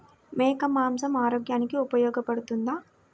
మేక మాంసం ఆరోగ్యానికి ఉపయోగపడుతుందా?